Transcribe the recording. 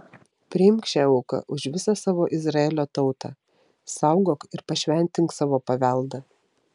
priimk šią auką už visą savo izraelio tautą saugok ir pašventink savo paveldą